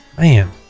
Man